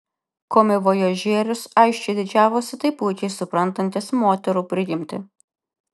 komivojažierius aiškiai didžiavosi taip puikiai suprantantis moterų prigimtį